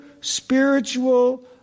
spiritual